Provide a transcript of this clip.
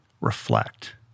reflect